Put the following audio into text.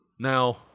Now